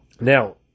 Now